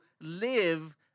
live